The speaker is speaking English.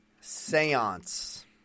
Seance